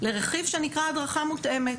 לרכיב שנקרא הדרכה מותאמת.